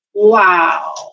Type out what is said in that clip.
wow